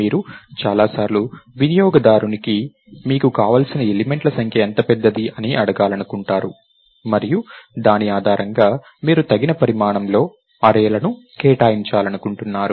మీరు చాలా సార్లు వినియోగదారుని మీకు కావలసిన ఎలిమెంట్ల సంఖ్య ఎంత పెద్దది అని అడగాలనుకుంటారు మరియు దాని ఆధారంగా మీరు తగిన పరిమాణంలో అర్రేల ను కేటాయించాలనుకుంటున్నారు